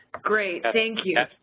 great, thank you.